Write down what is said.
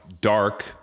dark